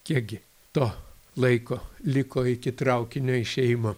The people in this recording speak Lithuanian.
kiek gi to laiko liko iki traukinio išėjimo